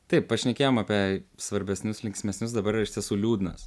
taip pašnekėjom apie svarbesnius linksmesnius dabar iš tiesų liūdnas